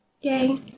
Yay